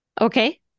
Okay